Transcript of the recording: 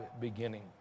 beginning